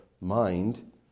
mind